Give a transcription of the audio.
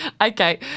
Okay